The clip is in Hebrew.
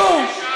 לא,